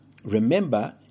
Remember